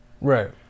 right